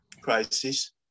crisis